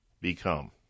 become